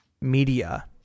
media